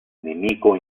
nemico